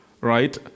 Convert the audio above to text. right